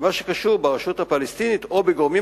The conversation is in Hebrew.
שבמה שקשור ברשות הפלסטינית או בגורמים